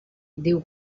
diu